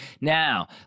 Now